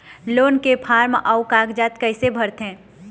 Loan के form अऊ कागजात कइसे भरथें?